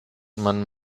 man